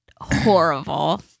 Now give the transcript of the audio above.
horrible